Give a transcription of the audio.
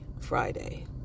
Friday